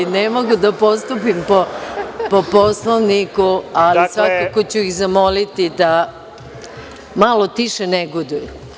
Ne mogu da postupim po Poslovniku, ali svakako ću ih zamoliti da malo tiše negoduju.